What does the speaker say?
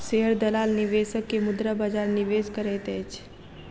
share दलाल निवेशक के मुद्रा बजार निवेश करैत अछि